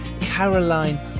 Caroline